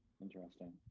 Interesting